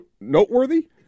noteworthy